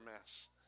mess